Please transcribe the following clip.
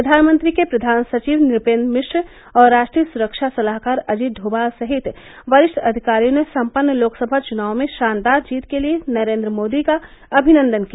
प्रधानमंत्री के प्रधान सचिव नुपेंद्र मिश्र और राष्ट्रीय सुरक्षा सलाहकार अजीत डोमाल सहित वरिष्ठ अधिकारियों ने संपन्न लोकसभा चुनावों में शानदार जीत के लिए नरेन्द्र मोदी का अभिनंदन किया